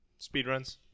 speedruns